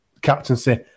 captaincy